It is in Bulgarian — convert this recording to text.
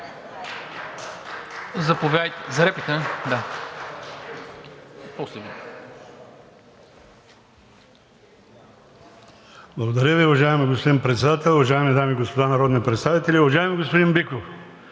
Благодаря Ви, уважаеми господин Председател. Уважаеми дами и господа народни представители! Уважаеми господин Биков,